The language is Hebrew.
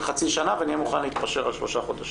חצי שנה ונהיה מוכנים על שלושה חודשים.